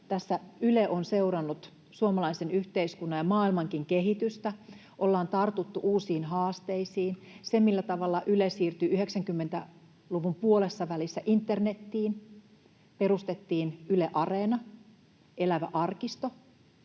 Yle on seurannut suomalaisen yhteiskunnan ja maailmankin kehitystä. Ollaan tartuttu uusiin haasteisiin. Siinä, millä tavalla Yle siirtyi 90-luvun puolessavälissä internetiin ja perustettiin Yle Areena ja Elävä arkisto,